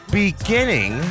beginning